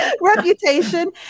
reputation